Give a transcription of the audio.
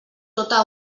tota